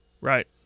Right